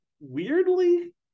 Weirdly